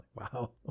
Wow